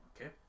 Okay